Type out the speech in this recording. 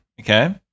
okay